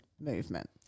movement